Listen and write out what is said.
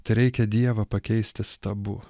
tereikia dievą pakeisti stabu